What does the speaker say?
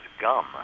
gum